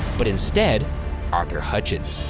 but instead arthur hutchins.